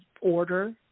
order